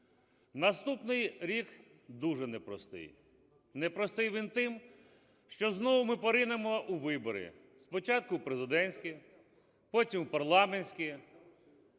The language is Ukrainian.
Наступний рік дуже непростий. Непростий він тим, що ми знову поринемо у вибори, спочатку в президентські, потім в парламентські.